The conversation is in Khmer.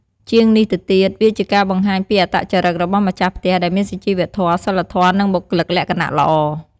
ជាងនេះទៅទៀត វាជាការបង្ហាញពីអត្តចរិតរបស់ម្ចាស់ផ្ទះ ដែលមានសុជីវធម៌ សីលធម៌ និងបុគ្គលិកលក្ខណៈល្អ។